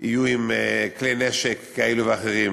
יהיו עם כלי נשק כאלה ואחרים,